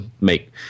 make